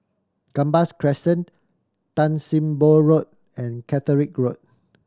Gambas Crescent Tan Sim Boh Road and Caterick Road